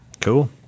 Cool